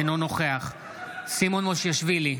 אינו נוכח סימון מושיאשוילי,